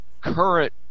current